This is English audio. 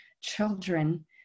children